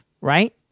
right